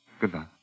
Goodbye